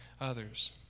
others